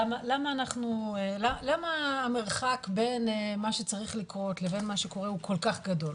למה המרחק בין מה שצריך לקרות לבין מה שקורה הוא כל כך גדול.